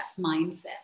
mindset